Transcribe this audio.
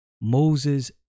Moses